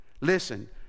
Listen